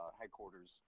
headquarters